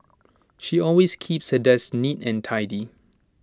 she always keeps her desk neat and tidy